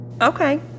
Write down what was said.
Okay